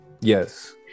yes